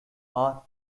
are